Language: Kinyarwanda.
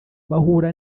bahura